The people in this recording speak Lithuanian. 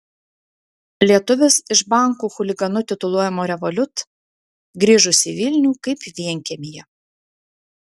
lietuvis iš bankų chuliganu tituluojamo revolut grįžus į vilnių kaip vienkiemyje